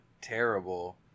terrible